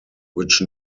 which